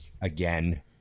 again